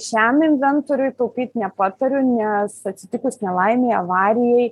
šiam inventoriui taupyt nepatariu nes atsitikus nelaimei avarijai